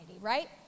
right